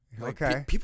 Okay